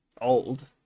old